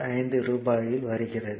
265 ரூபாயில் வருகிறது